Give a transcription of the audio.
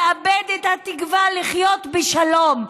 יאבד את התקווה לחיות בשלום,